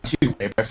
Tuesday